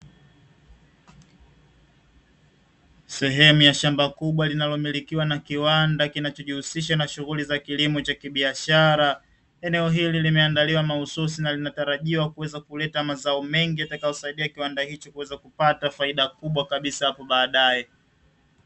Sehemu ya shamba kubwa linalomilikiwa na kiwanda kinachojihusisha na shughuli za kilimo cha kibiashara, eneo hili limeandaliwa mahususi na linatarajiwa kuweza kuleta mazao mengi, yatakayosaidia kiwanda hicho kuweza kupata, faida kubwa kabisa hapo baadae.